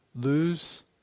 lose